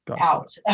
out